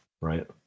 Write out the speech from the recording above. right